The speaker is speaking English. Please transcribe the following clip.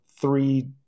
three